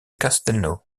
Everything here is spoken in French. castelnau